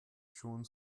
schon